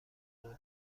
نوع